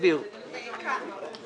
אתה בעברית עלא כיפאק.